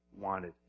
wanted